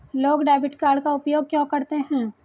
लोग debit card का उपयोग क्यों करते हैं?